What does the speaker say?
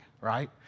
right